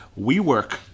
WeWork